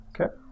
Okay